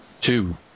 two